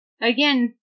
again